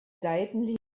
seitenlinie